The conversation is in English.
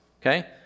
Okay